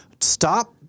Stop